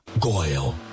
Goyle